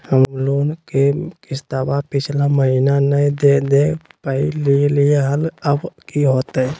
हम लोन के किस्तवा पिछला महिनवा नई दे दे पई लिए लिए हल, अब की होतई?